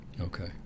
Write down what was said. Okay